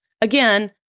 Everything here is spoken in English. Again